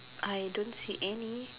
I don't see any